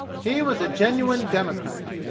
he was a genuine democrat.